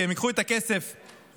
כי הם ייקחו את הכסף מהחשבון,